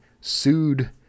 sued